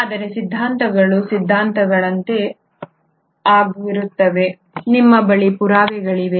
ಆದರೆ ಸಿದ್ಧಾಂತಗಳು ಸಿದ್ಧಾಂತಗಳೆ ಆಗಿರುತ್ತವೆ ನಿಮ್ಮ ಬಳಿ ಪುರಾವೆಗಳಿವೆಯೇ